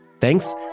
Thanks